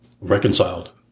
reconciled